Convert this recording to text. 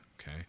okay